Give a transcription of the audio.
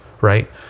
right